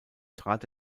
trat